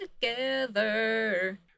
together